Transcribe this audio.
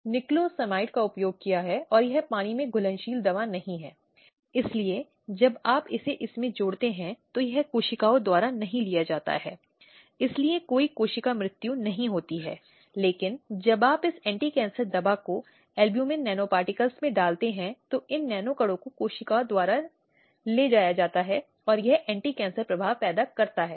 पिछले व्याख्यान में यह स्पष्ट किया गया है कि उसपर दबाव नहीं हो सकता है उसे दूसरे पक्ष या नियोक्ता या किसी को भी इस तरह के सुलह से सहमत होने के लिए आंतरिक शिकायत समिति द्वारा डराया नहीं जा सकता है